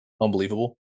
unbelievable